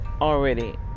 already